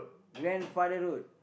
grandfather road